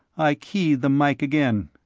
i keyed the mike again.